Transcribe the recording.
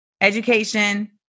education